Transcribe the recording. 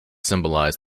symbolize